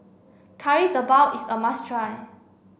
Kari Debal is a must try